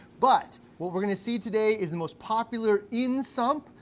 but, what we're gonna see today is the most popular in sump.